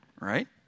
Right